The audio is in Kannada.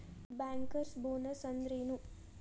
ಬ್ಯಾಂಕರ್ಸ್ ಬೊನಸ್ ಅಂದ್ರೇನು?